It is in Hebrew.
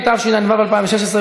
התשע"ו 2016,